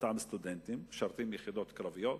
אותם סטודנטים שמשרתים ביחידות קרביות,